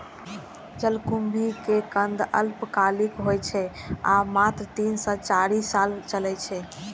जलकुंभी के कंद अल्पकालिक होइ छै आ मात्र तीन सं चारि साल चलै छै